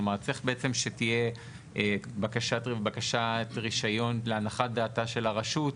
כלומר צריך בעצם שתהיה בקשת רישיון להנחת דעתה של הרשות,